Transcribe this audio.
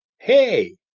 hey